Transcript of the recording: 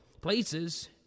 places